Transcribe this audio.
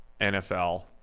nfl